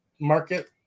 market